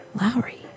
Lowry